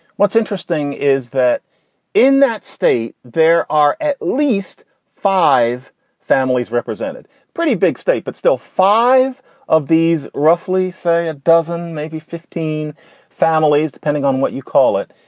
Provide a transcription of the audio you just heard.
what's interesting is that in that state, there are at least five families represented, pretty big state, but still five of these roughly say a dozen, maybe fifteen families, depending on what you call it,